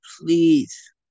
please